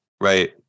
Right